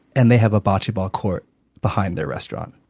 and they have a bocce ball court behind their restaurant.